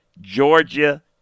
Georgia